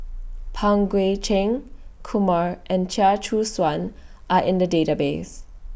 Pang Guek Cheng Kumar and Chia Choo Suan Are in The Database